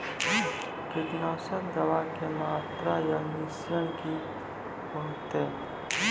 कीटनासक दवाई के मात्रा या मिश्रण की हेते?